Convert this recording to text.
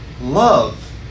love